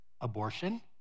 abortion